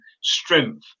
strength